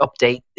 update